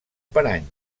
parany